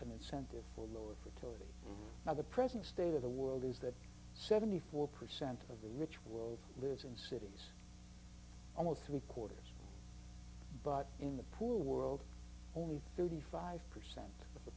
an incentive for lower fertility now the present state of the world is that seventy four percent of the rich world lives in cities almost three quarters but in the pool world only thirty five